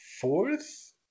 fourth